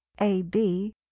ab